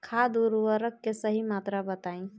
खाद उर्वरक के सही मात्रा बताई?